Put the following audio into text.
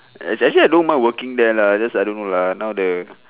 uh actually I don't mind working there lah just I don't know lah now the